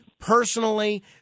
personally